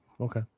Okay